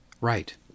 Right